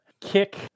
kick